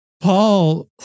Paul